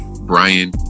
Brian